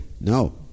No